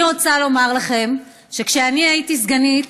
אני רוצה לומר לכם שכשאני הייתי סגנית,